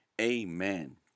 Amen